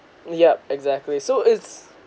yup exactly so it's